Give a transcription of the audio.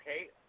okay